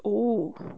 oh